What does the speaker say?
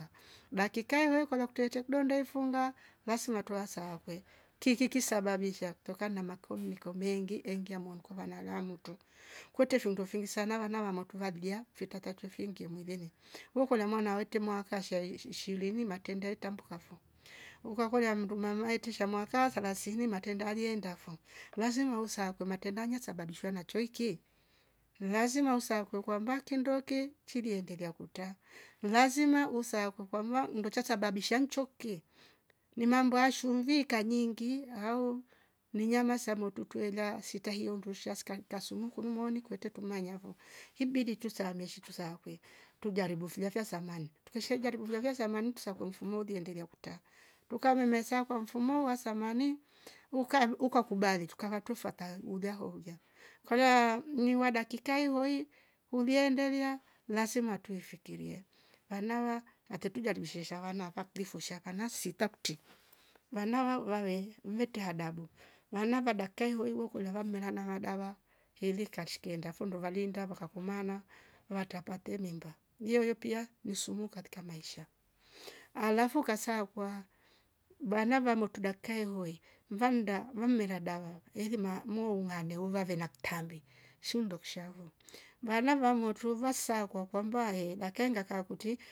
Dakika iwe kolwa kutetche kudo ndefunga basi natoa sakwe kikisababisha kutokana na makoviko meengi engia mwakova nalamute kwete fyundo filisa nawanawa muata vadlia fitata twi mfingemweleni huokola mwana awete mwakasha shia ehh iish- ishirini matendei tampuka kafo hukwakolia mndum mama itisha mwaka thelasini matendalie ndafo wazima usa sako matendanya sababishwa na chweeikie lazima usakwe kwamba kindoke chidie endela kuta lazima usako kwamba mnduchocha sababisha anchooke ni mambo aah shumvika kanyingi au ni nyama samo tuteila sikahio ndusha ska kasulu nkunumwoni kwete tumanya vo, himbidi tusarmeshe tusakwe tujaribu vilafia samani tukisha jaribu vilavia samani tukakua mfumo liendelea kuta tuka mmmenza kwa mfumo wa samani uka- ukakubali tukavatu mfata huliwa holia kwayaa mniruwa dakika ivoi huliende ndelia nasematwe twefikirie varna wa atetuja ndumshe shawana aklifu fusha karana sita kute vana wa vawe mvertia hadabu varnava dakka ivoivo kulimava mmnehanava dava elikashkenda fo ndovalienda endava kakumana vata pate mimba iyoiyo pia ni suluhu katijka maisha alafu kasakwa bana vamamotu dakka hihoe vanda vamlerdava eli ma mu huma ndeuva naktambi shindokshavo, varna vamo turuvwa saa kwa kwambae dakke ngaka kuti